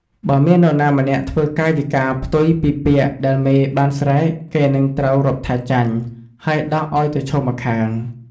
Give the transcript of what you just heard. បើមាននរណាធ្វើកាយវិការផ្ទុយពីពាក្យដែលមេបានស្រែក គេនឹងត្រូវរាប់ថាចាញ់ ហើយដកឱ្យទៅឈរម្ខាង។